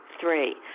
Three